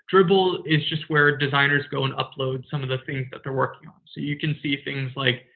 dribbble is just where designers go and upload some of the things that they're working on. so, you can see things like,